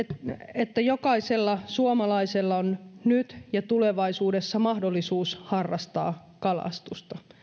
että jokaisella suomalaisella on nyt ja tulevaisuudessa mahdollisuus harrastaa kalastusta